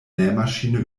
nähmaschine